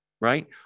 right